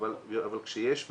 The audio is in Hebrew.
אבל כשיש מצוקה,